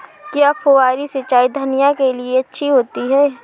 क्या फुहारी सिंचाई धनिया के लिए अच्छी होती है?